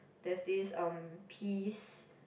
there's these um peas